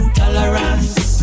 tolerance